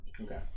Okay